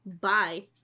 bye